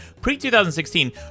Pre-2016